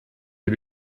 die